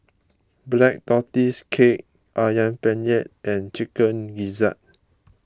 Black Tortoise Cake Ayam Penyet and Chicken Gizzard